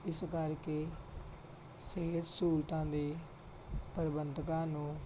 ਇਸ ਕਰਕੇ ਸਿਹਤ ਸਹੂਲਤਾਂ ਦੇ ਪ੍ਰਬੰਧਕਾਂ ਨੂੰ